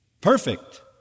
perfect